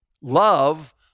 Love